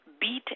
beat